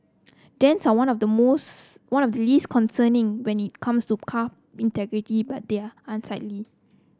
dents are one of the most one of the least concerning when it comes to car integrity but they're unsightly